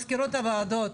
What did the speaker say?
מזכירות הוועדות,